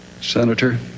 Senator